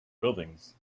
buildings